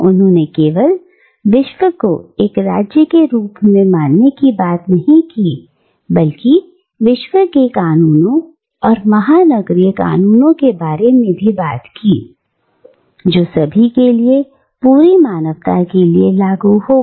उन्होंने केवल विश्व को एक राज्य के रूप में मानने की बात ही नहीं की बल्कि विश्व की कानूनों और महानगरीय कानूनों के बारे में भी बात की जो सभी के लिए और पूरी मानवता के लिए लागू होगा